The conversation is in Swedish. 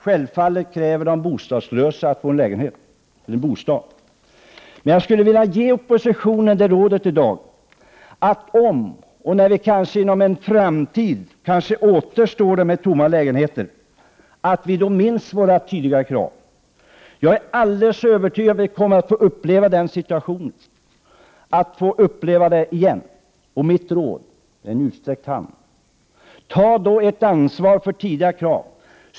Självfallet kräver de bostadslösa att få en bostad. Jag skulle emellertid vilja ge oppositionen det rådet i dag att vi, när vi inom en framtid kanske åter står där med tomma lägenheter, skall minnas våra tidigare krav. Jag är alldeles övertygad om att vi kommer att få uppleva den situationen igen. Mitt råd — detta är en utsträckt hand — lyder: Ta då ert ansvar för tidigare krav!